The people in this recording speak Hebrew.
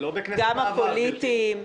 גם הפוליטיים.